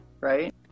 right